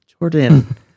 jordan